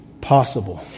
possible